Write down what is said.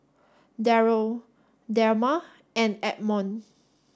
Darrel Delmar and Edmond